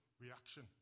reaction